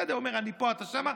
הוא אומר: אני פה, אתה שם.